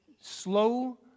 slow